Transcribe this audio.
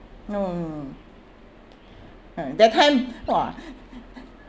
no uh that time !wah!